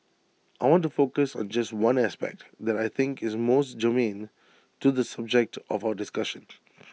I want to focus on just one aspect that I think is most germane to the subject of our discussion